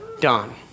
done